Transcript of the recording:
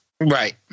Right